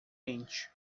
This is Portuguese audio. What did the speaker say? mente